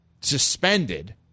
suspended –